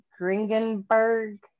gringenberg